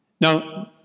Now